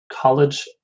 College